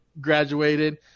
graduated